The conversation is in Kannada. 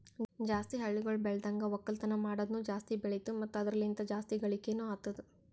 ಜಾಸ್ತಿ ಹಳ್ಳಿಗೊಳ್ ಬೆಳ್ದನ್ಗ ಒಕ್ಕಲ್ತನ ಮಾಡದ್ನು ಜಾಸ್ತಿ ಬೆಳಿತು ಮತ್ತ ಅದುರ ಲಿಂತ್ ಜಾಸ್ತಿ ಗಳಿಕೇನೊ ಅತ್ತುದ್